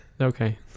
Okay